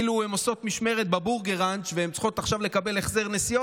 אושרה בקריאה ראשונה ותעבור לדיון בוועדת הבריאות להכנתה לקריאה השנייה